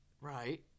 Right